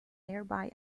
nearby